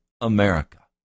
America